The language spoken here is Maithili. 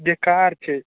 बेकार छै